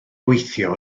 gweithio